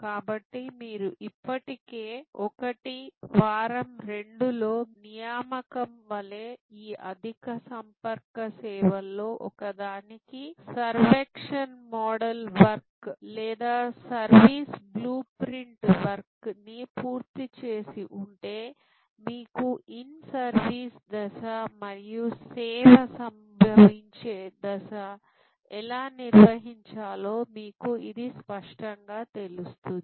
కాబట్టి మీరు ఇప్పటికే 1 వారం 2 లో మీ నియామకం వలె ఈ అధిక సంపర్క సేవల్లో ఒకదానికి సర్వక్షన్ మోడల్ వర్క్ లేదా సర్వీస్ బ్లూ ప్రింట్ వర్క్ ని పూర్తి చేసి ఉంటే మీకు ఇన్ సర్వీస్ దశ మరియు సేవ సంభవించే దశ ఎలా నిర్వహించాలో మీకు ఇది స్పష్టంగా తెలుస్తుంది